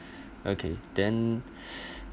okay then